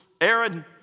Aaron